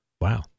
Wow